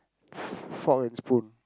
f~ f~ fork and spoon